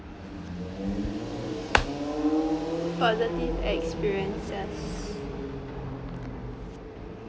positive experiences